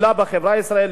בחברה הישראלית,